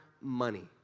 money